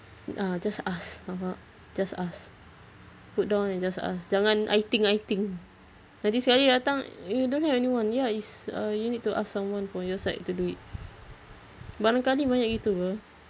ah just ask awak just ask put down and just ask jangan I think I think nanti saya datang eh don't have anyone ya it's err you need to ask someone from your side to do it barangkali banyak gitu [pe]